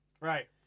right